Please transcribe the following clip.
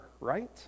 right